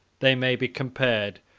they may be compared,